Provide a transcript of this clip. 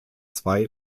zwei